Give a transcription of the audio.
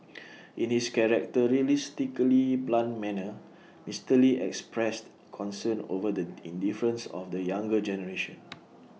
in his characteristically blunt manner Mister lee expressed concern over the indifference of the younger generation